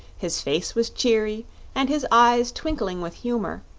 his face was cheery and his eyes twinkling with humor,